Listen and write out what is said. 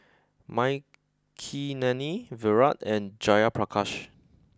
Makineni Virat and Jayaprakash